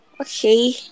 Okay